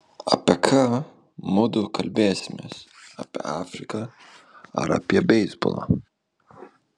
apie ką mudu kalbėsimės apie afriką ar apie beisbolą